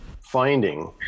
finding